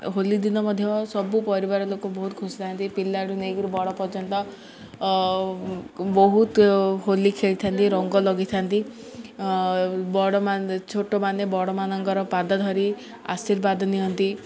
ହୋଲି ଦିନ ମଧ୍ୟ ସବୁ ପରିବାର ଲୋକ ବହୁତ ଖୁସି ଥାନ୍ତି ପିଲା ଠୁ ନେଇ କରି ବଡ଼ ପର୍ଯ୍ୟନ୍ତ ବହୁତ ହୋଲି ଖେଳିଥାନ୍ତି ରଙ୍ଗ ଲଗାଇଥାନ୍ତି ବଡ଼ ଛୋଟମାନେ ବଡ଼ମାନଙ୍କର ପାଦ ଧରି ଆଶୀର୍ବାଦ ନିଅନ୍ତି